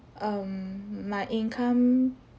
um my income